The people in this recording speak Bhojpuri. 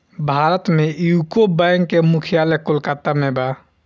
भारत में यूको बैंक के मुख्यालय कोलकाता में बा